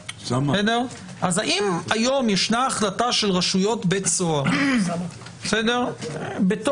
אז האם היום ישנה החלטה של רשויות בית סוהר בתוך